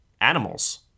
animals